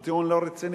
הוא טיעון לא רציני.